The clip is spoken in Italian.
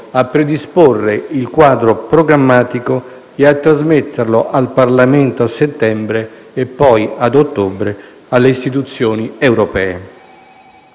a predisporre il quadro programmatico e a trasmetterlo al Parlamento a settembre e poi a ottobre alle istituzioni europee.